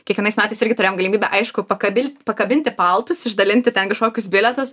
kiekvienais metais irgi turėjom galimybę aišku pakabin pakabinti paltus išdalinti ten kažkokius bilietus